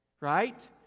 Right